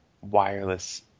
wireless